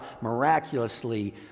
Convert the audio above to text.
miraculously